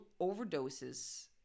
overdoses